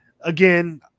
Again